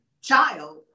child